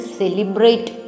celebrate